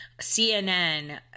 CNN